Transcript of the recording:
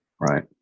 Right